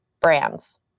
brands